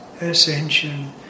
ascension